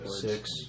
six